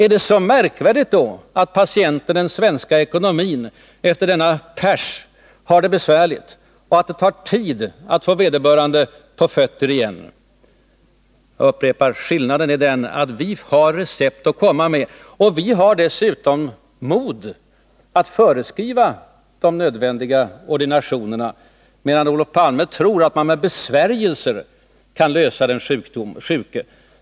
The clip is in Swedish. Är det så märkligt att patienten — den svenska ekonomin — efter en sådan pärs har det besvärligt och att det tar tid att få vederbörande på fötter igen? Jag upprepar: Skillnaden är den att vi har recept att komma med. Vi har dessutom mod att föreskriva de nödvändiga ordinationerna, medan Olof Palme tror att man med besvärjelser kan läka den sjuke.